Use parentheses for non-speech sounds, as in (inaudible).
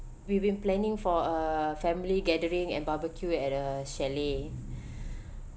we been planning for a family gathering and barbecue at a chalet (breath)